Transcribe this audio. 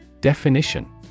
definition